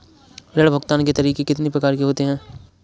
ऋण भुगतान के तरीके कितनी प्रकार के होते हैं?